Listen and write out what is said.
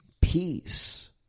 peace